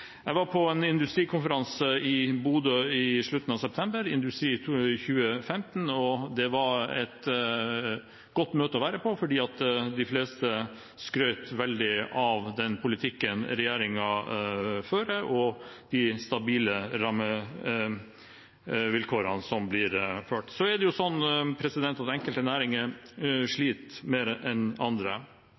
Jeg var på en industrikonferanse i Bodø i slutten av september – Industri2015 – og det var et godt møte å være på fordi de fleste skrøt veldig av den politikken regjeringen fører, og av de stabile rammevilkårene som blir gitt. Så er det sånn at enkelte næringer sliter mer enn andre,